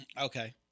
Okay